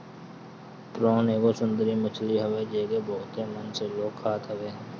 prawn एगो समुंदरी मछरी हवे जेके बहुते मन से लोग खात हवे